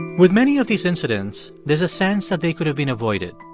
with many of these incidents, there's a sense that they could have been avoided,